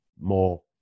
more